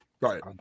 Right